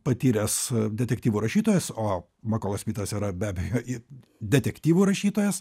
patyręs detektyvų rašytojas o makolas smitas yra be abejo ir detektyvų rašytojas